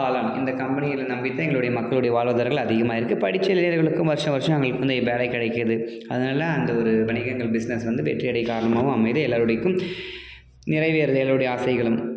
காளான் இந்தக் கம்பெனிகள நம்பித் தான் எங்களுடைய மக்களுடைய வாழ்வாதாரங்கள் அதிகமாக இருக்குது படித்த இளைஞர்களுக்கும் வருஷா வருஷம் அங்கே இத்தனை வேலை கிடைக்குது அதனால அந்த ஒரு வணிகங்கள் பிசினஸ் வந்து வெற்றியடையக் காரணமாகவும் அமையுது எல்லோருடையக்கும் நிறைவேறுது எல்லோருடைய ஆசைகளும்